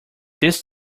this